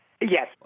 Yes